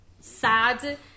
sad